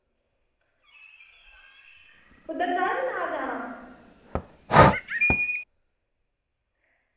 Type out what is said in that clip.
तुसें चार मीनार जाना